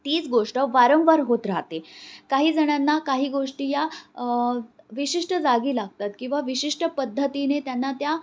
तीच गोष्ट वारंवार होत राहते काही जणांना काही गोष्टी या विशिष्ट जागी लागतात किंवा विशिष्ट पद्धतीने त्यांना त्या